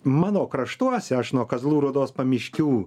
mano kraštuose aš nuo kazlų rūdos pamiškių